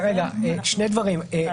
שני דברים: א',